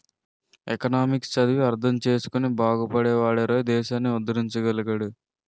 economics చదివి అర్థం చేసుకుని బాగుపడే వాడేరోయ్ దేశాన్ని ఉద్దరించగలడు